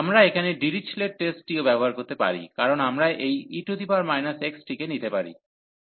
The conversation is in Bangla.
আমরা এখানে ডিরিচলেট টেস্টটিও ব্যবহার করতে পারি কারণ আমরা এই e x টিকে নিতে পারি